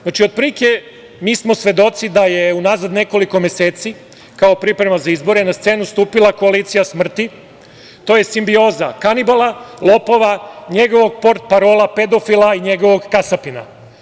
Znači, mi smo svedoci da je unazad nekoliko meseci kao priprema za izbore na scenu stupila koalicija smrti, to jest simbioza kanibala, lopova, njegovog portparola pedofila i njegovog kasapina.